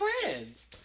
friends